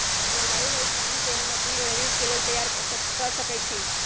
जलवायु भविष्यवाणी से हम अपने के भविष्य के लेल तइयार कऽ सकै छी